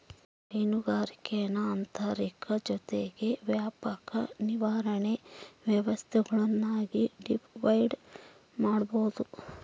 ಹೈನುಗಾರಿಕೇನ ಆಂತರಿಕ ಜೊತಿಗೆ ವ್ಯಾಪಕ ನಿರ್ವಹಣೆ ವ್ಯವಸ್ಥೆಗುಳ್ನಾಗಿ ಡಿವೈಡ್ ಮಾಡ್ಬೋದು